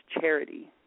charity